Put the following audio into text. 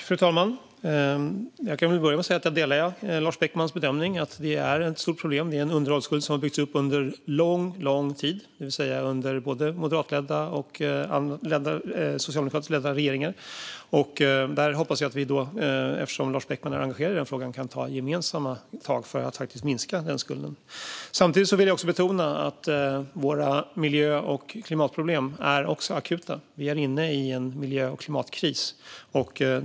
Fru talman! Jag kan börja med att säga att jag delar Lars Beckmans bedömning att detta är ett stort problem. Det är en underhållsskuld som har byggts upp under lång tid, under både moderatledda och socialdemokratiskt ledda regeringar. Jag hoppas att vi, eftersom Lars Beckman är engagerad i frågan, kan ta gemensamma tag för att faktiskt minska den skulden. Samtidigt vill jag betona att också våra miljö och klimatproblem är akuta. Vi är inne i en miljö och klimatkris.